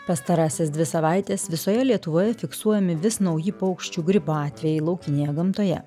pastarąsias dvi savaites visoje lietuvoje fiksuojami vis nauji paukščių gripo atvejai laukinėje gamtoje